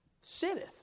sitteth